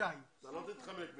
שי, אתה לא תתחמק מאיתנו.